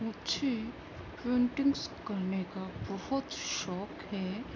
مجھے پینٹنگز کرنے کا بہت شوق ہے